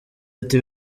ati